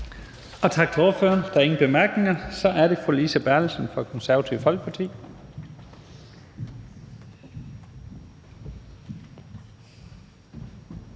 Tak til ordføreren. Der er ingen korte bemærkninger. Og så er det fru Lise Bertelsen fra Det Konservative Folkeparti.